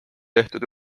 tehtud